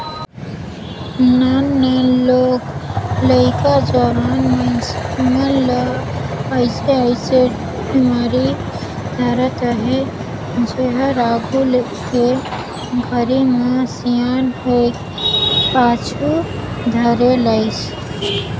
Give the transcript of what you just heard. नान नान लोग लइका, जवान मइनसे मन ल अइसे अइसे रोग बेमारी धरत अहे जेहर आघू के घरी मे सियान होये पाछू धरे लाइस